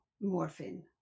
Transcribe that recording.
morphine